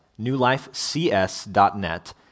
newlifecs.net